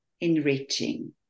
enriching